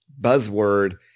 buzzword